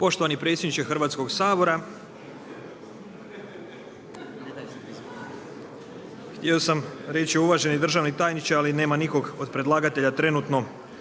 Poštovani predsjedniče Hrvatskog sabora. Htio sam reći uvaženi državni tajniče, ali nema nikog od predlagatelja trenutno